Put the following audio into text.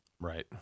Right